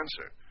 answer